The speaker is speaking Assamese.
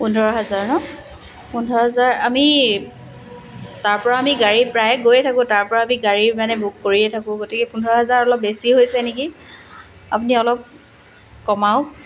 পোন্ধৰ হাজাৰ ন পোন্ধৰ হাজাৰ আমি তাৰ পৰা আমি গাড়ী প্ৰায়ে গৈয়ে থাকোঁ তাৰ পৰা আমি মানে গাড়ী বুক কৰিয়ে থাকোঁ গতিকে পোন্ধৰ হাজাৰ অলপ বেছি হৈছে নেকি আপুনি অলপ কমাওক